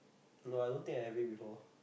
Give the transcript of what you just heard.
no I don't think I have it before